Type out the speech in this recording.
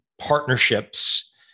partnerships